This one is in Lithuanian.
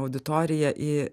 auditorija į